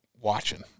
watching